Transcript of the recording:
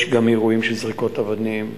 יש אירועים של זריקות אבנים,